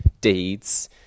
deeds